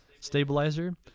stabilizer